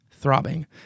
Throbbing